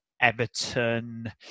Everton